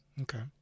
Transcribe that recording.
Okay